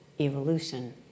evolution